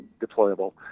deployable